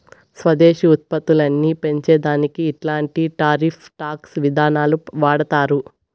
స్వదేశీ ఉత్పత్తులని పెంచే దానికి ఇట్లాంటి టారిఫ్ టాక్స్ విధానాలు వాడతారు